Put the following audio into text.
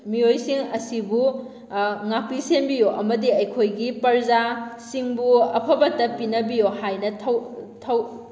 ꯃꯤꯑꯣꯏꯁꯤꯡ ꯑꯁꯤꯕꯨ ꯉꯥꯛꯄꯤ ꯁꯦꯟꯕꯤꯌꯨ ꯑꯃꯗꯤ ꯑꯩꯈꯣꯏꯒꯤ ꯄꯔꯖꯥ ꯁꯤꯡꯕꯨ ꯑꯐꯕꯇ ꯄꯤꯅꯕꯤꯌꯨ ꯍꯥꯏꯅ